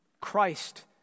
Christ